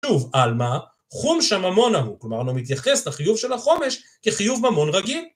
תשוב על מה? חומש הממון אמור, כלומר לא מתייחס לחיוב של החומש כחיוב ממון רגיל.